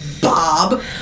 Bob